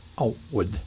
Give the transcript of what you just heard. Outward